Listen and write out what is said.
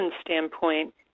standpoint